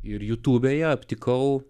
ir jutūbėje aptikau